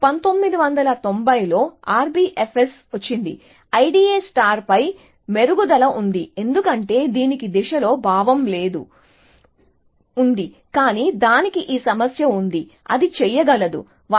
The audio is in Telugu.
కాబట్టి 1990 లో RBFS వచ్చింది IDA పై మెరుగుదల ఉంది ఎందుకంటే దీనికి దిశలో భావం ఉంది కానీ దానికి ఈ సమస్య ఉంది అది చేయగలదు సమయం చూడండి 2446